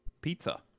pizza